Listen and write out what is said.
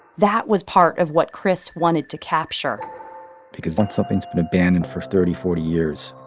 that was part of what chris wanted to capture because once something's been abandoned for thirty forty years,